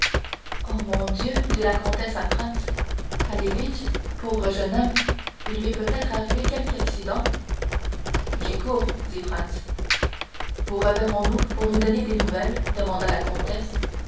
oh mon dieu dit la comtesse à franz allez vite pauvre jeune homme il lui est peut-être arrivé quelque accident j'y cours dit franz vous reverrons-nous pour nous donner des nouvelles demanda la comtesse